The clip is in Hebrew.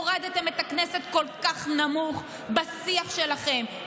הורדתם את הכנסת כל כך נמוך בשיח שלכם,